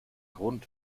grund